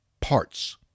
parts